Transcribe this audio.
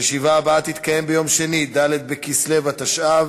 הישיבה הבאה תתקיים ביום שני, ד' בכסלו התשע"ה,